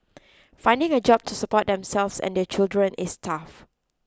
finding a job to support themselves and their children is tough